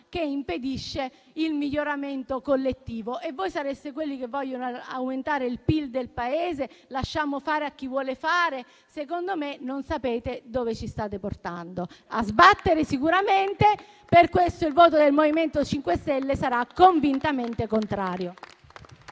crescita e il miglioramento collettivo. E voi sareste quelli che vogliono aumentare il PIL del Paese, lasciando fare a chi vuole fare? Secondo me non sapete dove ci state portando. A sbattere sicuramente. Per tali ragioni il voto del MoVimento 5 Stelle sarà convintamente contrario.